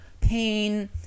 pain